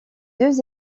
deux